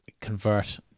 convert